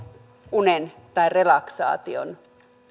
unen tai relaksaation